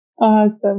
Awesome